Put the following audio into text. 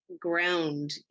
ground